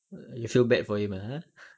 err you feel bad for him ah